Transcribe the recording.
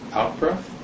out-breath